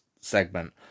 segment